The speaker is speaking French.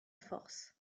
force